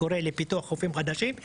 לפיתוח חופים חדשים.